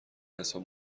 نلسون